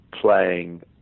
playing